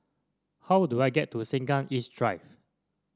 how do I get to Sengkang East Drive